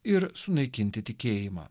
ir sunaikinti tikėjimą